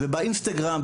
ב- Instagram,